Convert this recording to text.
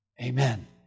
Amen